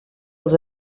els